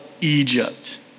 Egypt